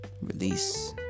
release